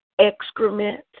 excrement